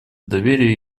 доверия